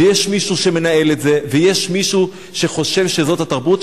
ויש מישהו שמנהל את זה ויש מישהו שחושב שזו התרבות.